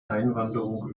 einwanderung